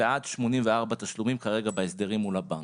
ועד 84 תשלומים כרגע בהסדרים מול הבנק.